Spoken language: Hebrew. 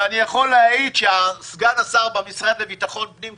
ואני יכול להעיד שסגן השר במשרד לביטחון פנים,